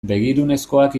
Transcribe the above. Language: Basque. begirunezkoak